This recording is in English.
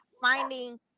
Finding